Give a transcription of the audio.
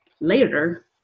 later